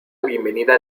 bienvenida